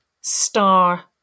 star